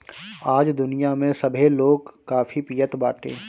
आज दुनिया में सभे लोग काफी पियत बाटे